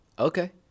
Okay